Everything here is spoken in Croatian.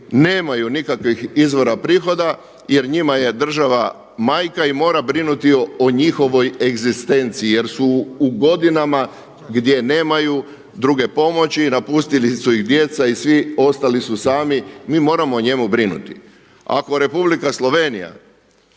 nemaju nikakvih izvora prihoda jer njima je država majka i mora brinuti o njihovoj egzistenciji jer su u godinama gdje nemaju druge pomoći i napustili su ih djeca i svi ostali su sami, mi moramo o njemu brinuti. Ako Republika Slovenija